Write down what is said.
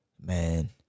Man